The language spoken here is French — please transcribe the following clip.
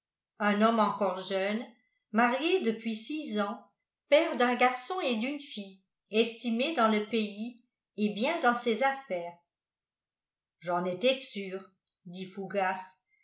un homme encore jeune marié depuis six ans père d'un garçon et d'une fille estimé dans le pays et bien dans ses affaires j'en étais sûr dit fougas